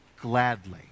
gladly